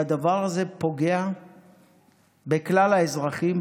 והדבר הזה פוגע בכלל האזרחים,